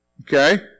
okay